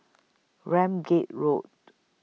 Ramsgate Road